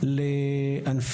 את הדיון לנושא הזה כי אפשר לדבר על